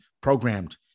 programmed